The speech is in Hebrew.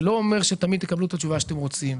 זה לא אומר שתמיד תקבלו את התשובה שאתם רוצים.